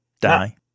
die